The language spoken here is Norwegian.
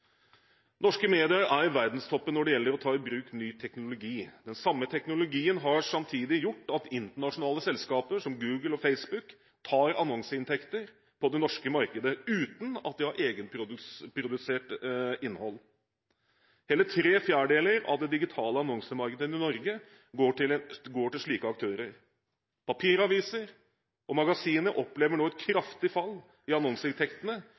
Norske medier er i verdenstoppen når det gjelder å ta i bruk ny teknologi. Den samme teknologien har samtidig gjort at internasjonale selskaper, som Google og Facebook, tar annonseinntekter på det norske markedet – uten at de har egenprodusert innhold. Hele tre fjerdedeler av det digitale annonsemarkedet i Norge går til slike aktører. Papiraviser og magasiner opplever nå et kraftig fall i annonseinntektene